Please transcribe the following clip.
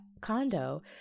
condo